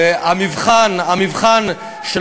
אז למה אתה מפלה בין אופוזיציה לקואליציה?